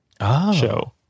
show